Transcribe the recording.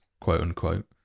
quote-unquote